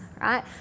right